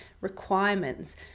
requirements